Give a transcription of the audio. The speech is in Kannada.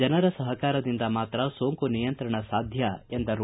ಜನರ ಸಹಕಾರದಿಂದ ಮಾತ್ರ ಸೋಂಕು ನಿಯಂತ್ರಣ ಸಾಧ್ಯ ಎಂದರು